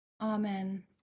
Amen